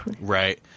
Right